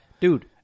Dude